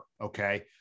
Okay